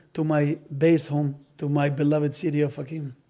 to my base home. to my beloved city ofakim.